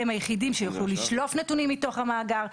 הם היחידים שיוכלו לשלוף נתונים מתוך המאגר.